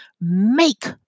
make